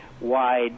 wide